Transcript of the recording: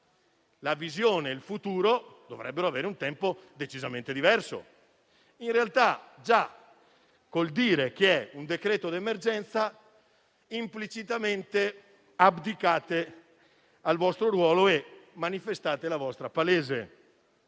la visione e il futuro dovrebbero avere un tempo decisamente diverso. In realtà, già dicendo che è un decreto d'emergenza implicitamente abdicate al vostro ruolo e manifestate la vostra palese